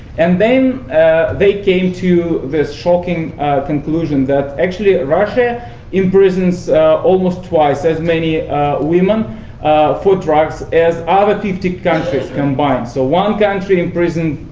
and then they came to this shocking conclusion that actually russia imprisons almost twice as many women for drugs as other fifty countries combined. so one country imprisoned